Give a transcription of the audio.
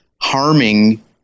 harming